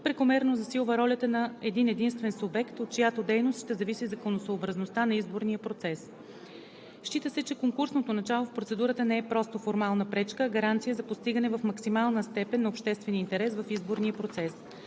прекомерно засилва ролята на един-единствен субект, от чиято дейност ще зависи законосъобразността на изборния процес. Счита се, че конкурсното начало в процедурата не е просто формална пречка, а гаранция за постигане в максимална степен на обществения интерес в изборния процес.